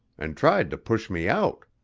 and tried to push me out.